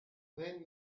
then